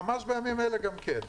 ממש בימים אלה גם כן.